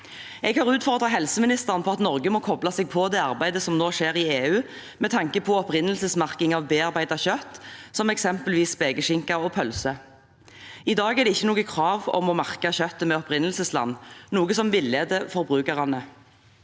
Jeg har utfordret helseministeren på at Norge må koble seg på det arbeidet som nå skjer i EU, med tanke på opprinnelsesmerking av bearbeidet kjøtt, som eksempelvis spekeskinke og pølse. I dag er det ikke noe krav om å merke kjøttet med opprinnelsesland, noe som villeder forbrukerne.